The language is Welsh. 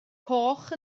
coch